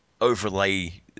overlay